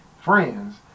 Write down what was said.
friends